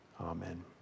amen